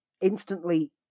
instantly